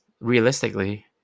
realistically